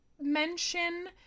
mention